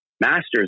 masters